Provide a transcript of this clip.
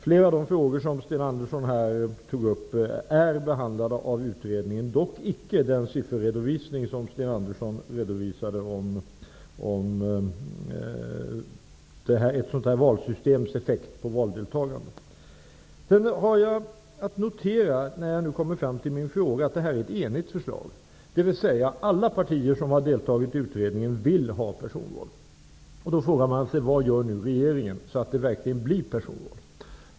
Flera av de frågor som Sten Andersson tog upp är behandlade av utredningen, dock icke de siffror som Sten Andersson redovisade om ett sådant här valsystems effekt på valdeltagandet. När jag nu kommer fram till min fråga har jag att notera att det här är ett enigt förslag, dvs. alla partier som har deltagit i utredningen vill ha personval. Då frågar man sig: Vad gör nu regeringen så att det verkligen blir personval?